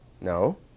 No